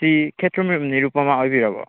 ꯁꯤ ꯈꯦꯇ꯭ꯔꯤꯃꯌꯨꯝ ꯅꯤꯔꯨꯄꯃꯥ ꯑꯣꯏꯕꯤꯔꯕꯣ